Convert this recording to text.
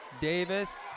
Davis